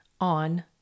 on